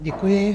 Děkuji.